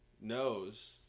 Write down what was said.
knows